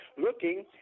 looking